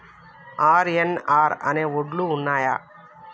RNR అనే వడ్లు ఉన్నయా?